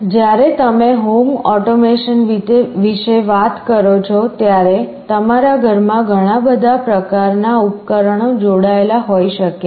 જ્યારે તમે home automation વિશે વાત કરો છો ત્યારે તમારા ઘરમાં ઘણા બધા પ્રકારનાં ઉપકરણો જોડાયેલા હોઈ શકે છે